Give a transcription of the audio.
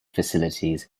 facilities